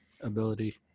ability